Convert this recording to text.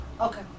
Okay